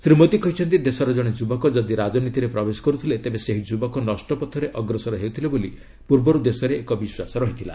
ଶ୍ରୀ ମୋଦି କହିଛନ୍ତି ଦେଶର ଜଣେ ଯୁବକ ଯଦି ରାଜନୀତିରେ ପ୍ରବେଶ କରୁଥିଲେ ତେବେ ସେହି ଯୁବକ ନଷ୍ଟ ପଥରେ ଅଗ୍ରସର ହେଉଥିଲେ ବୋଲି ପୂର୍ବର୍ତ୍ର ଦେଶରେ ଏକ ବିଶ୍ୱାସ ରହିଥିଲା